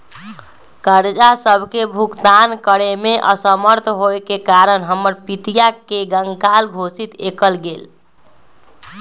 कर्जा सभके भुगतान करेमे असमर्थ होयेके कारण हमर पितिया के कँगाल घोषित कएल गेल